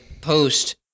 post